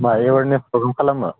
मा awareness programme खालामो